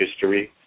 history